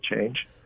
change